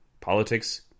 Politics